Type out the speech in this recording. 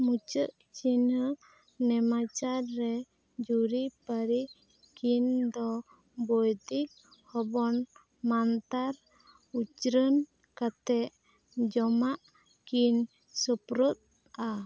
ᱢᱩᱪᱟᱹᱫ ᱪᱤᱱᱦᱟ ᱱᱮᱢᱟᱪᱟᱨ ᱨᱮ ᱡᱩᱨᱤ ᱯᱟᱨᱤ ᱠᱤᱱ ᱫᱚ ᱵᱚᱭᱫᱤᱠ ᱦᱚᱵᱚᱱ ᱢᱟᱱᱛᱟᱨ ᱩᱪᱨᱟ ᱱ ᱠᱟᱛᱮᱜ ᱡᱚᱢᱟᱜ ᱠᱤᱱ ᱥᱳᱯᱨᱚᱫ ᱟ